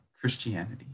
Christianity